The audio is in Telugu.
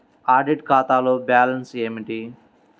ఆడిట్ ఖాతాలో బ్యాలన్స్ ఏమిటీ?